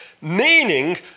meaning